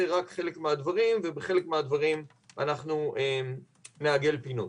רק חלק מהדברים ובחלק מהדברים אנחנו נעגל פינות.